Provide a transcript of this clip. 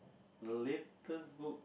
latest book